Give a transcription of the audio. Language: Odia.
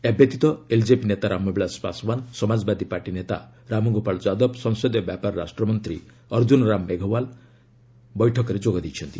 ଏହାବ୍ୟତୀତ ଏଲ୍କେପି ନେତା ରାମବିଳାସ ପାଶୱାନ ସମାଜବାଦୀ ପାର୍ଟି ନେତା ରାମଗୋପାଳ ଯାଦବ ସଂସଦୀୟ ବ୍ୟାପାର ରାଷ୍ଟ୍ରମନ୍ତ୍ରୀ ଅର୍ଜ୍ଜୁନରାମ ମେଘୱାଲ ମଧ୍ୟ ବୈଠକରେ ଯୋଗ ଦେଇଛନ୍ତି